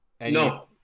No